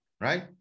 right